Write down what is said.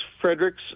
Frederick's